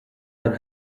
are